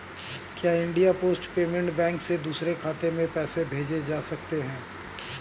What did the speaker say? क्या India post payment bank से दूसरे खाते में पैसे भेजे जा सकते हैं?